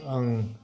आं